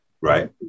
right